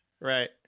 Right